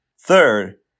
Third